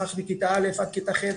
אחר כך בכיתה א' עד כיתה ח',